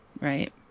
right